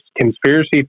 conspiracy